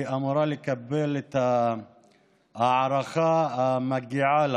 היא אמורה לקבל את ההערכה המגיעה לה